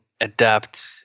adapt